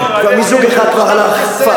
מיזוג אחד כבר הלך פארש.